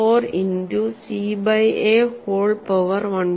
464 into C by A whole power 1